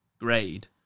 grade